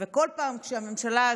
וכל פעם כשהממשלה הזאת,